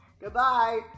Goodbye